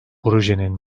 projenin